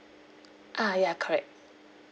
ah ya correct